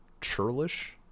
churlish